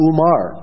Umar